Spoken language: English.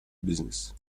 business